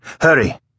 Hurry